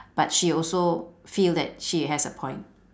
but she also feel that she has a point